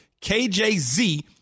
KJZ